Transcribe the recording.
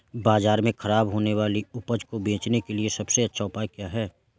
बाज़ार में खराब होने वाली उपज को बेचने के लिए सबसे अच्छा उपाय क्या हैं?